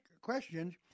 questions